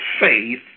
faith